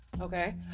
Okay